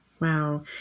Wow